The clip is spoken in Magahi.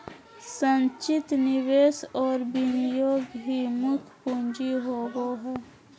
संचित निवेश और विनियोग ही मुख्य पूँजी होबो हइ